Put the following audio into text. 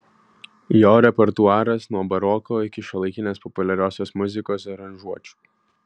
jo repertuaras nuo baroko iki šiuolaikinės populiariosios muzikos aranžuočių